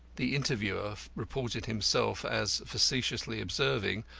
the interviewer reported himself as facetiously observing,